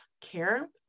care